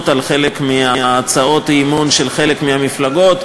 על חלק מהצעות האי-אמון של חלק מהמפלגות,